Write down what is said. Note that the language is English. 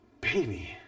baby